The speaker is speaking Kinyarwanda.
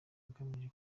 agamije